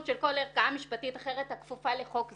כל ערכאה משפטית אחרת הכפופה לחוק זה."